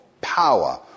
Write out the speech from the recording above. power